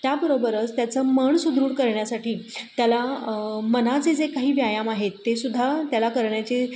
त्याबरोबरच त्याचं मन सुदृढ करण्यासाठी त्याला मनाचे जे काही व्यायाम आहेत ते सुद्धा त्याला करण्याचे